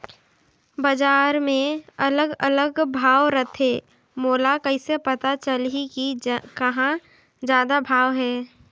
बजार मे अलग अलग भाव रथे, मोला कइसे पता चलही कि कहां जादा भाव हे?